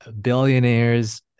billionaires